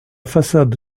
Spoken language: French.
façade